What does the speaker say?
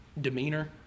demeanor